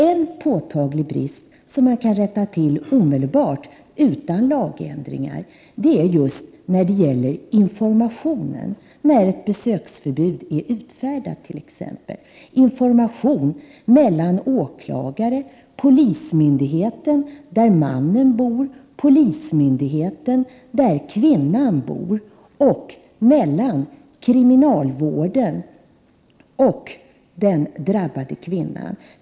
En påtaglig brist, som man omedelbart kan rätta till utan lagändringar, gäller just informationen när ett besöksförbud är utfärdat, t.ex. information mellan åklagare och polismyndigheten där mannen bor och polismyndigheten där kvinnan bor, och mellan kriminalvården och den drabbade kvinnan.